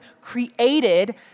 created